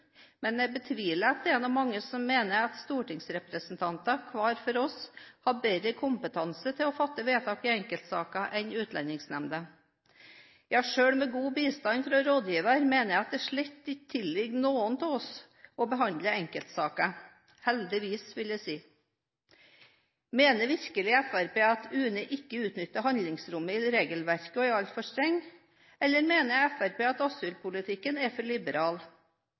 Men jeg betviler at det er mange som mener at stortingsrepresentanter, hver for seg, har bedre kompetanse til å fatte vedtak i enkeltsaker enn Utlendingsnemnda. Selv med god bistand fra rådgiver mener jeg at det slett ikke tilligger noen av oss å behandle enkeltsaker – heldigvis, vil jeg si. Mener virkelig Fremskrittspartiet at UNE ikke utnytter handlingsrommet i regelverket og er altfor streng, eller mener Fremskrittspartiet at asylpolitikken er for liberal?